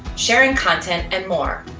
sharing content, and more.